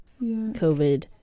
covid